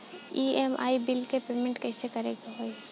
EMI bill के payment कइसे करे के होई?